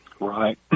Right